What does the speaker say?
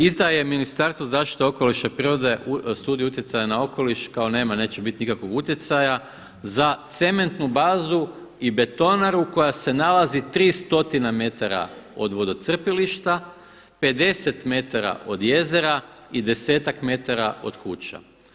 Izdaje Ministarstvo zaštite okoliša i prirode studiju utjecaja na okoliš, kao nema, neće biti nikakvog utjecaja za cementnu bazu i betonaru koja se nalazi 3 stotine metara od vodocrpilišta, 50 metara od jezera i 10-ak metara od kuća.